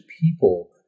people